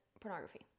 pornography